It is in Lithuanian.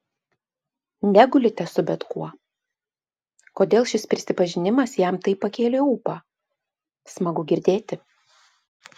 negulite su bet kuo kodėl šis prisipažinimas jam taip pakėlė ūpą smagu girdėti